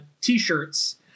t-shirts